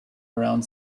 around